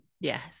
Yes